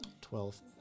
Twelve